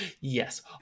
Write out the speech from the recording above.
Yes